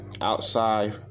outside